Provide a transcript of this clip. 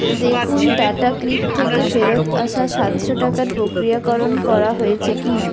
দেখুন টাটাক্লিক থেকে ফেরত আসা সাতশো টাকার প্রক্রিয়াকরণ করা হয়েছে কিনা